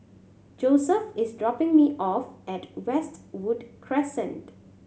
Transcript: Josef is dropping me off at Westwood Crescent